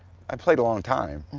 i played a long time.